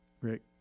Rick